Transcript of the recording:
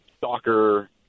Soccer